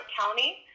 County